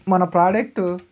మన ప్రోడెక్టు